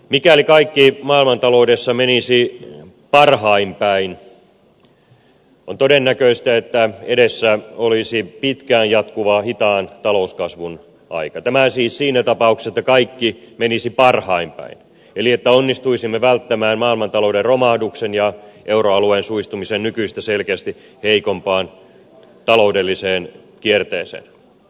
mikäli kaikki maailmantaloudessa menisi parhain päin on todennäköistä että edessä olisi pitkään jatkuva hitaan talouskasvun aika tämä siis siinä tapauksessa että kaikki menisi parhain päin eli että onnistuisimme välttämään maailmantalouden romahduksen ja euroalueen suistumisen nykyistä selkeästi heikompaan taloudelliseen kierteeseen